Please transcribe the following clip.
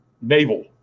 Naval